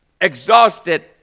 Exhausted